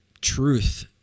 truth